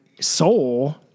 soul